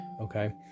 Okay